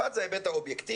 אחד זה ההיבט האובייקטיבי.